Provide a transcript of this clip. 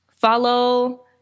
Follow